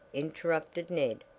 interrupted ned.